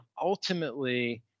Ultimately